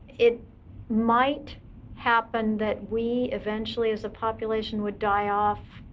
it might happen that we eventually, as a population, would die off,